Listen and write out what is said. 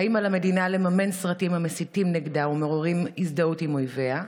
האם על המדינה לממן סרטים המסיתים נגדה ומעוררים הזדהות עם אויביה?